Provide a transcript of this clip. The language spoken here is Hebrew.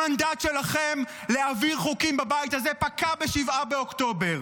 המנדט שלכם להעביר חוקים בבית הזה פקע ב-7 באוקטובר.